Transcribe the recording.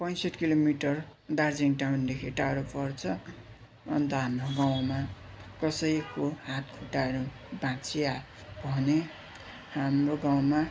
पैँसठ kilometre Darjeeling टाउनदेखि टाढो पर्छ अन्त हाम्रो गाउँमा कसैको हात खुट्टाहरू भाँच्चिदा भने हाम्रो गाउँमा